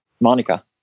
Monica